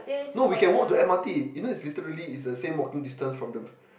no we can walk to M_R_T even if literally it is same walking distance from the